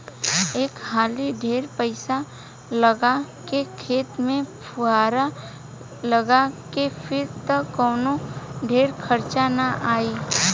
एक हाली ढेर पईसा लगा के खेत में फुहार लगा के फिर त कवनो ढेर खर्चा ना आई